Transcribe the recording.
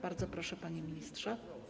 Bardzo proszę, panie ministrze.